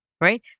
right